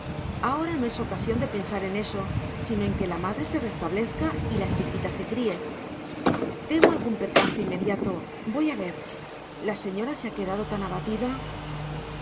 ahora no es ocasión de pensar en eso sino en que la madre se restablezca y la chiquita se críe temo algún percance inmediato voy a ver la señora se ha quedado tan abatida